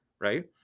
right